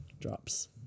Drops